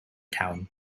town